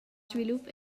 svilup